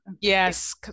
Yes